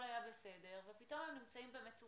היה בסדר איתם ופתאום הם נמצאים במצוקה.